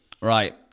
Right